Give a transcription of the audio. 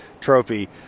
trophy